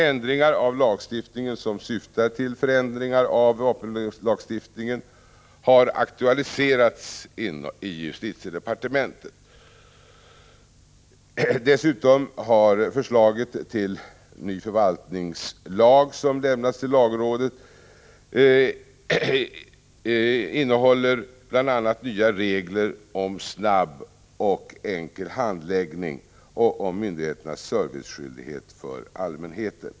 Ändringar på lagstiftningssidan som syftar till förenklingar av vapenlagstiftningen har aktualiserats i justitiedepartementet. Förslaget till ny förvaltningslag, som lämnats till lagrådet, innehåller dessutom bl.a. nya regler om snabb och enkel handläggning och om myndigheternas serviceskyldighet mot allmänheten.